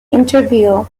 interview